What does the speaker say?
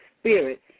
spirit